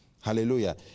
Hallelujah